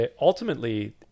ultimately